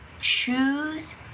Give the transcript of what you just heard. choose